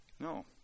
No